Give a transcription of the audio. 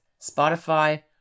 Spotify